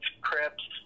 crips